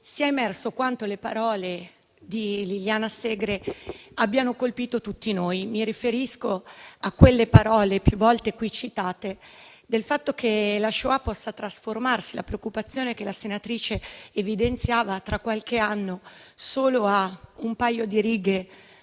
sia emerso quanto le parole di Liliana Segre abbiano colpito tutti noi. Mi riferisco alle parole, più volte qui citate, sul fatto che la Shoah possa ridursi - è la preoccupazione che la senatrice evidenziava - tra qualche anno solo a un paio di righe